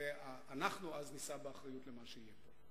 ואז אנחנו נישא באחריות למה שיהיה פה.